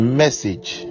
message